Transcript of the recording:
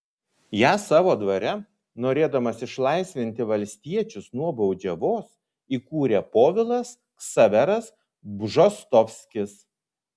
ją savo dvare norėdamas išlaisvinti valstiečius nuo baudžiavos įkūrė povilas ksaveras bžostovskis